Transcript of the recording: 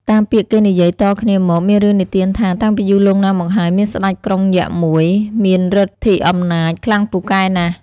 តាមពាក្យគេនិយាយតគ្នាមក មានរឿងនិទានថា តាំងពីយូរលង់ណាស់មកហើយ មានស្ដេចក្រុងយក្ខមួយ មានឫទ្ធិអំណាចខ្លាំងពូកែណាស់។